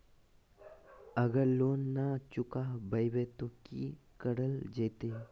अगर लोन न चुका पैबे तो की करल जयते?